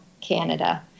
canada